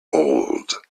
old